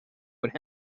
would